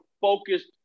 focused